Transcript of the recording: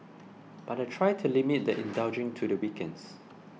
but I try to limit the indulging to the weekends